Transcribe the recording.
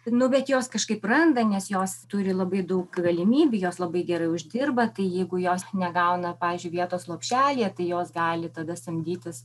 nu bet jos kažkaip randa nes jos turi labai daug galimybių jos labai gerai uždirba tai jeigu jos negauna pavyzdžiui vietos lopšelyje tai jos gali tada samdytis